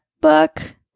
book